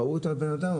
ראו את הבן אדם,